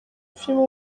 filime